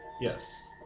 Yes